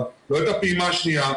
אבל לא את הפעימה השניה,